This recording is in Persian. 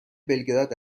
بلگراد